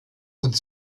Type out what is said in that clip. und